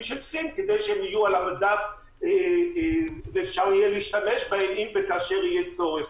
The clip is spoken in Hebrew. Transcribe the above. של סין כדי שיהיו על המדף ואפשר יהיה להשתמש בהם אם וכאשר יהיה צורך.